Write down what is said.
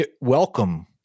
welcome